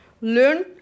Learn